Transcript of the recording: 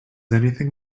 anything